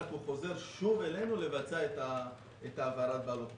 הוא חוזר שוב אלינו לבצע את העברת הבעלות.